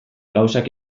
gauzak